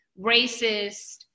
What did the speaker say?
racist